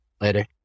Later